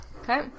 Okay